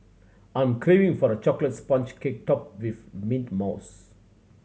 I am craving for a chocolate sponge cake topped with mint mousse